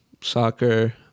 soccer